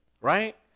Right